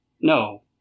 No